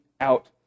out